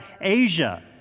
Asia